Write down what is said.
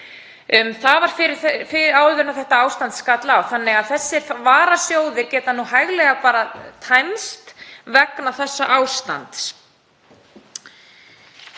Það var áður en þetta ástand skall á þannig að þessir varasjóðir geta hæglega tæmst vegna þessa ástands.